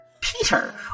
Peter